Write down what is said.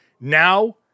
now